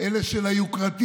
אלה של היוקרתי.